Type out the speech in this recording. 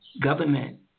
government